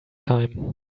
time